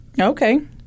Okay